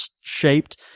shaped